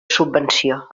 subvenció